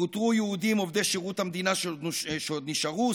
פוטרו יהודים עובדי שירות המדינה שעוד נשארו,